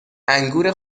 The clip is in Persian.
انگور